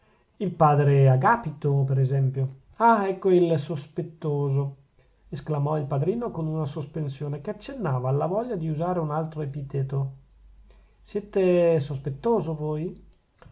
il padre agapito per esempio ah ecco il sospettoso esclamò il padrino con una sospensione che accennava alla voglia di usare un altro epiteto siete sospettoso voi